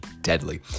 deadly